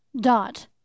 Dot